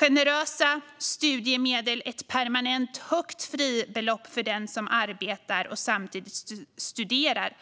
Generösa studiemedel och ett permanent högt fribelopp för den som arbetar och samtidigt studerar